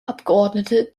abgeordnete